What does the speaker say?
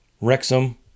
Wrexham